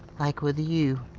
like with you.